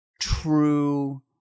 true